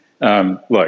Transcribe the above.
Look